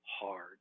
hard